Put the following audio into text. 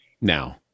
now